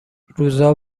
روزا